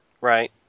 right